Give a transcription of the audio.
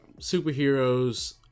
superheroes